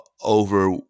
over